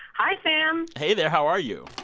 hi, sam hey, there. how are you?